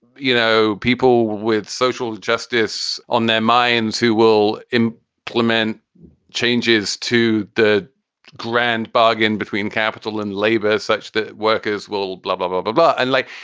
you know, people with social justice on their minds. who will. kleman changes to the grand bargain between capital and labor such that workers will will blah, blah, blah, but blah. i'd like.